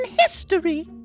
history